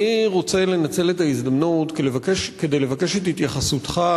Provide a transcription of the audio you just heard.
אני רוצה לנצל את ההזדמנות כדי לבקש את התייחסותך,